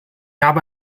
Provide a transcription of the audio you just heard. habe